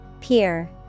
Pier